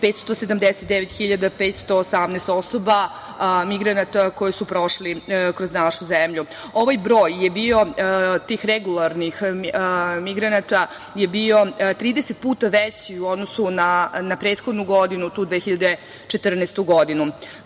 579.518 osoba, migranata koji su prošli kroz našu zemlju. Ovaj broj, tih regularnih migranata, bio je 30 puta veći u odnosu na prethodnu godinu, tu 2014.